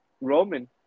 Roman